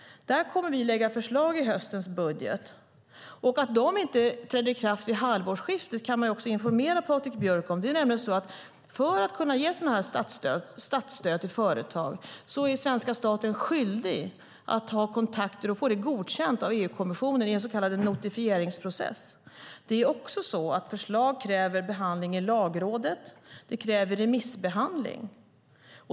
Där kommer vi att lägga fram förslag i höstens budget. Anledningen till att förslagen inte träder i kraft vid halvårsskiftet kan jag informera Patrik Björck om. För att kunna ge statsstöd till företag är svenska staten skyldig att få dessa förslag godkända av EU-kommissionen i en så kallad notifieringsprocess. Förslag kräver också behandling i Lagrådet och en remissbehandling.